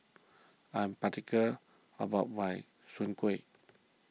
I am particular about my Soon Kuih